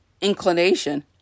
inclination